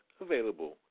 available